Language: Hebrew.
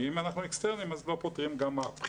ואם אנחנו אקסטרניים אז לא פוטרים מהבחינה